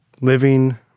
living